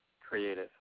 Creative